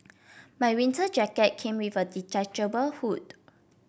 my winter jacket came with a detachable hood